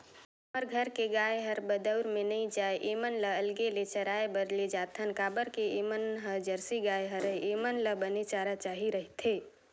हमर घर के गाय हर बरदउर में नइ जाये ऐमन ल अलगे ले चराए बर लेजाथन काबर के ऐमन ह जरसी गाय हरय ऐेमन ल बने चारा चाही रहिथे